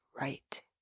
right